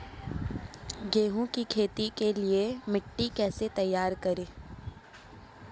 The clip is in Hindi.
गेहूँ की खेती के लिए मिट्टी कैसे तैयार करें?